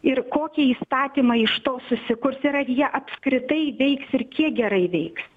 ir kokį įstatymą iš to susikurs ir ar jie apskritai veiks ir kiek gerai veiks